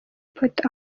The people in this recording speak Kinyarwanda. potter